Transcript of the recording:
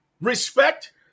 Respect